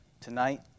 tonight